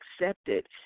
accepted